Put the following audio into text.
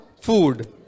food